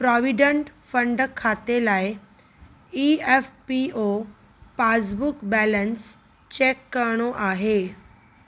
provident fund खाते लाइ E F P O passbook balance check करणो आहे